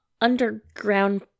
underground